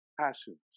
passions